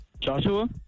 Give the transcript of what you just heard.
Joshua